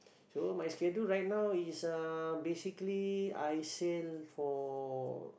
so my schedule right now is uh basically I sail for